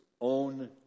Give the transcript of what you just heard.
own